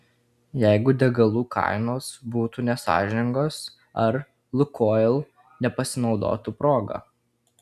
jeigu degalų kainos būtų nesąžiningos ar lukoil nepasinaudotų proga